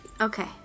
okay